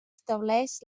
estableix